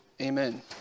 Amen